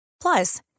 Plus